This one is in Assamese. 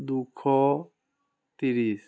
দুশ ত্রিছ